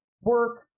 work